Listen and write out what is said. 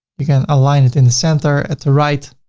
you can align it in the center at the right.